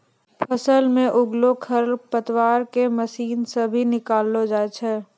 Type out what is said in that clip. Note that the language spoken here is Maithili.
फसल मे उगलो खरपतवार के मशीन से भी निकालो जाय छै